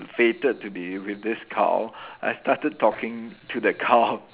fated to be with this cow I started talking to the cow